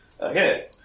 Okay